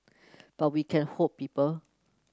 but we can hope people